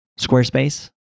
Squarespace